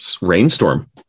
rainstorm